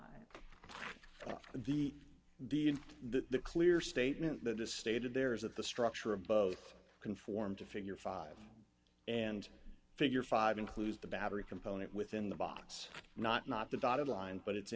in the clear statement that is stated there is that the structure of both conform to figure five and figure five includes the battery component within the box not not the dotted line but it's